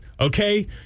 okay